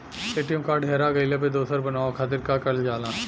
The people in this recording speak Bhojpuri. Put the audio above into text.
ए.टी.एम कार्ड हेरा गइल पर दोसर बनवावे खातिर का करल जाला?